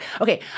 Okay